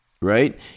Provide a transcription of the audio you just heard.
right